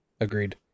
Agreed